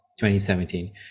2017